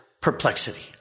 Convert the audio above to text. perplexity